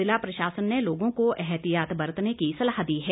जिला प्रशासन ने लोगों को एहतियात बरतने की सलाह दी है